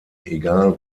egal